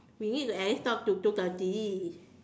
we need to at least talk till two thirty